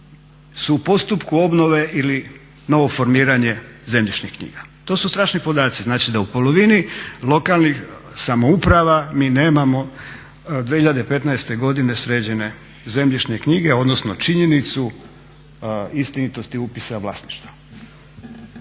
su u postupku obnove ili novo formiranje zemljišnih knjiga. To su strašni podaci. Znači da u polovini lokalnih samouprava mi nemamo 2015. godine sređene zemljišne knjige, odnosno činjenicu istinitosti upisa vlasništva.